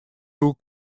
doe